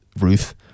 Ruth